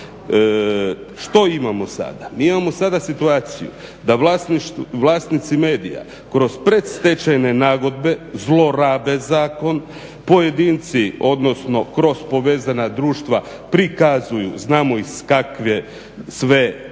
Što imamo sada? Mi imamo sada situaciju da vlasnici medija kroz predstečajne nagodbe zlorabe zakon, pojedinci odnosno kroz povezana društva prikazuju znamo iz kakve sve fiktivne